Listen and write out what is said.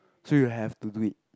so you have to do it